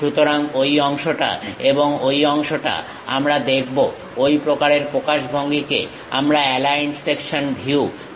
সুতরাং ঐ অংশটা এবং ঐ অংশটা আমরা দেখব ঐ প্রকারের প্রকাশভঙ্গিকে আমরা অ্যালাইন্ড সেকশন ভিউ বলে ডাকি